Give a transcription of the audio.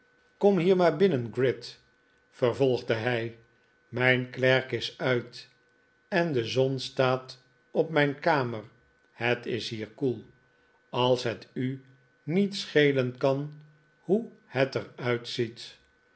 kom hier nraar binnen gride vervolgde hij mijn klerk is uit en de zon staat op mijn kamer het is hier koel als het u niet schelen kan hoe het